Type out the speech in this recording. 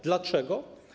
Dlaczego?